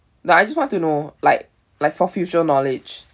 nah I just want to know like like for future knowledge